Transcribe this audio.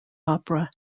opera